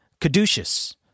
caduceus